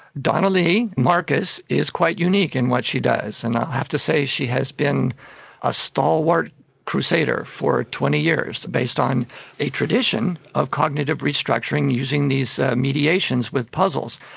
donalee markus is quite unique in what she does, and i have to say she has been a stalwart crusader for twenty years based on a tradition of cognitive restructuring using these mediations with puzzles.